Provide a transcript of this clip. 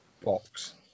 box